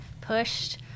pushed